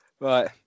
Right